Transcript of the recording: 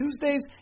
tuesdays